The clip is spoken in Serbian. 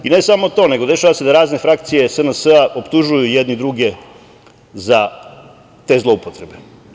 I ne samo to, nego dešava se da razne frakcije SNS optužuju jedni druge za te zloupotrebe.